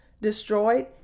destroyed